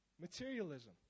materialism